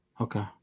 Okay